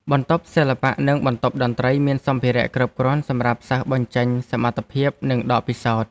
បន្ទប់សិល្បៈនិងបន្ទប់តន្ត្រីមានសម្ភារៈគ្រប់គ្រាន់សម្រាប់សិស្សបញ្ចេញសមត្ថភាពនិងដកពិសោធន៍។